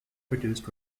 produced